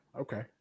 Okay